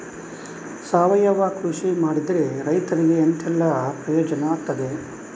ಸಾವಯವ ಕೃಷಿ ಮಾಡಿದ್ರೆ ರೈತರಿಗೆ ಎಂತೆಲ್ಲ ಪ್ರಯೋಜನ ಆಗ್ತದೆ?